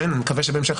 אם תבוא ותגיד: